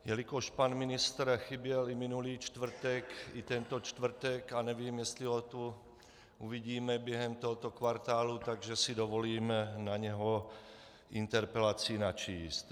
Jelikož pan ministr chyběl i minulý čtvrtek i tento čtvrtek a nevím, jestli ho tu uvidíme během tohoto kvartálu, dovolím si na něj interpelaci načíst.